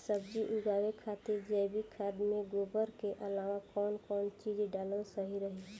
सब्जी उगावे खातिर जैविक खाद मे गोबर के अलाव कौन कौन चीज़ डालल सही रही?